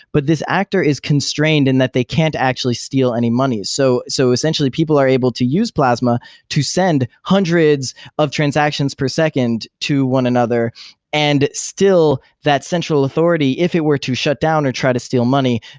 but this actor is constrained and that they can't actually steal any money. so, so essentially, people are able to use plasma to send hundreds of transactions per second to one another and still, that central authority, if it were to shut down or try to steal money,